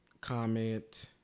comment